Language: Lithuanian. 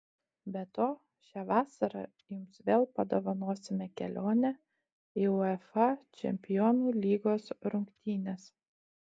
be to šią vasarą jums vėl padovanosime kelionę į uefa čempionų lygos rungtynes